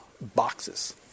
boxes